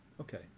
okay